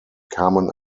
kamen